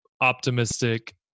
optimistic